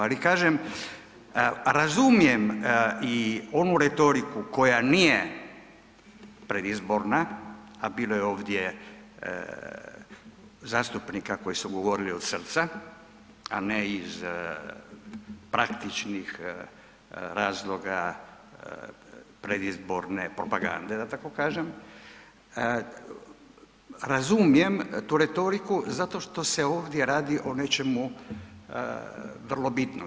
Ali kažem, razumijem i onu retoriku koja nije predizborna, a bilo je ovdje zastupnika koji su govorili od srca, a ne iz praktičnih razloga predizborne propagande da tako kažem, razumijem tu retoriku zato što se ovdje radi o nečemu vrlo bitnom.